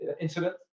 incident